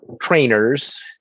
trainers